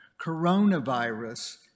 coronavirus